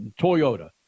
Toyota